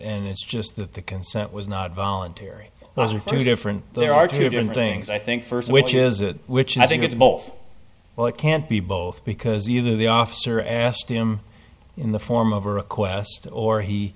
and it's just that the consent was not voluntary those are two different there are two different things i think first which is that which i think it's both well it can't be both because either the officer asked him in the form of a request or he